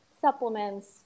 supplements